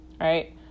right